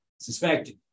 suspected